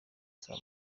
saa